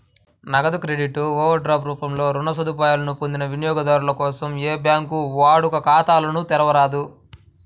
నగదు credit, overdraft రూపంలో రుణ సదుపాయాలను పొందిన వినియోగదారుల కోసం ఏ బ్యాంకూ వాడుక ఖాతాలను తెరవరాదు